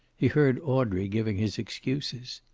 he heard audrey giving his excuses.